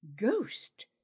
ghost